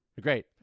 great